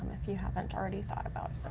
if you haven't already thought about them.